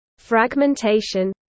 Fragmentation